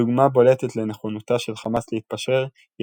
דוגמה בולטת לנכונותה של חמאס להתפשר היא